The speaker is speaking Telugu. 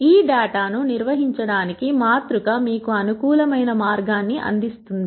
ఈ డేటాను నిర్వహించడానికి మాతృక మీకు అనుకూలమైన మార్గాన్ని అందిస్తుంది